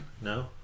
No